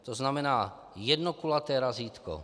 To znamená jedno kulaté razítko.